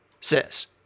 says